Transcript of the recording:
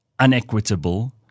unequitable